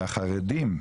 החרדים,